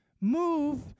move